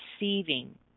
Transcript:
receiving